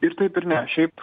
ir taip ir ne šiaip